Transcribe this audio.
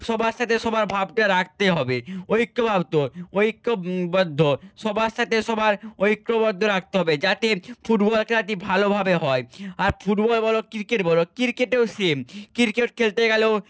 সবার সাথে সবার ভাবটা রাখতে হবে ঐক্য বদ্ধ সবার সাথে সবার ঐক্যবদ্ধ রাখতে হবে যাতে ফুটবল খেলাটি ভালোভাবে হয় আর ফুটবল বলো ক্রিকেট বলো ক্রিকেটেও সেম ক্রিকেট খেলতে গেলেও